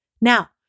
Now